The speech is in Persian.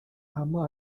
اما